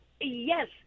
yes